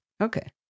Okay